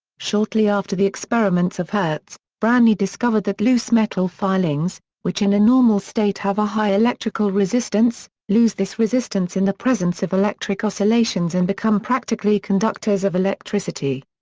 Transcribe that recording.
shortly after the experiments of hertz, branly discovered that loose metal filings, which in a normal state have a high electrical resistance, lose this resistance in the presence of electric oscillations and become practically conductors of electricity.